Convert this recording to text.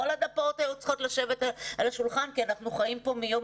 כולם היו צריכים לשבת אל השולחן כי אנחנו חיים כאן מיום